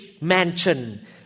mansion